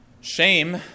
Shame